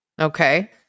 Okay